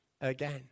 again